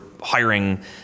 hiring